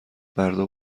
مردم